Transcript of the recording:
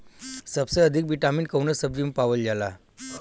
सबसे अधिक विटामिन कवने सब्जी में पावल जाला?